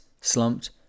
slumped